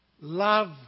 Love